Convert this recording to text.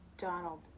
Donald